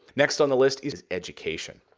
next on the list is education.